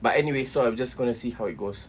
but anyway so I'm just going to see how it goes